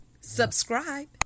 subscribe